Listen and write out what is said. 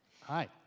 hi